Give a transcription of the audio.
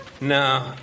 No